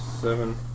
seven